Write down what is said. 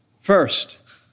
First